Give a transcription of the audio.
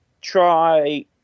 try